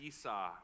Esau